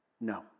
no